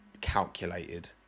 calculated